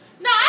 No